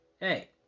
Hey